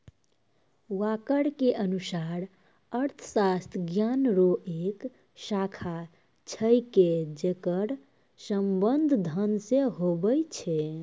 walker के अनुसार अर्थशास्त्र ज्ञान रो एक शाखा छिकै जेकर संबंध धन से हुवै छै